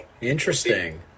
Interesting